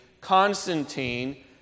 Constantine